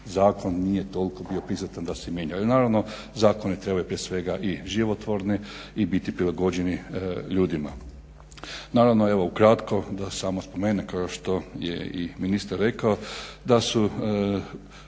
zakon nije toliko bio prisutan da se mijenjao. Naravno zakoni trebaju prije svega i životvorni i biti prilagođeni ljudima. Naravno evo ukratko da samo spomenem kao što je i ministar rekao da su